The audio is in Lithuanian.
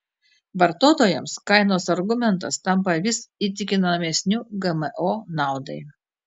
vartotojams kainos argumentas tampa vis įtikinamesniu gmo naudai